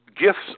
gifts